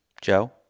Joe